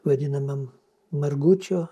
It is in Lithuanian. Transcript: vadinamam margučių